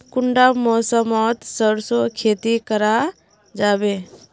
कुंडा मौसम मोत सरसों खेती करा जाबे?